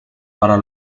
para